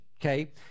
okay